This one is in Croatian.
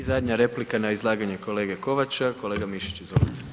I zadnja replika na izlaganje kolege Kovača, kolega Mišić, izvolite.